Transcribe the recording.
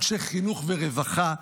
אנשי חינוך ורווחה.